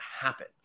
happen